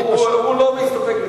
הוא לא מסתפק,